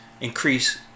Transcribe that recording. increase